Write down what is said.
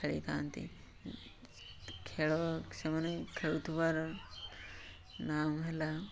ଖେଳିଥାନ୍ତି ଖେଳ ସେମାନେ ଖେଳୁଥିବାର ନାମ ହେଲା